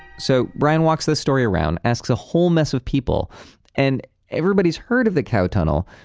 so brian walks this story around, asks a whole mess of people and everybody has heard of the cow tunnel.